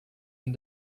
ihn